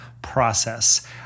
Process